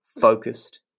focused